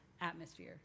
atmosphere